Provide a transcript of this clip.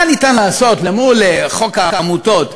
מה אפשר לעשות אל מול חוק העמותות?